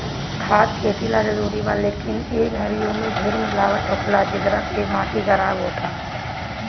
खाद खेती ला जरूरी बा, लेकिन ए घरी ओमे ढेर मिलावट होखेला, जेकरा से माटी खराब होता